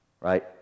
right